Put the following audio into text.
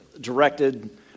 directed